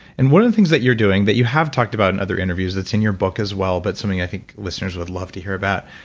and one of the things that you're doing that you have talked about in other interviews, it's in your book as well but something i think listeners would love to hear that.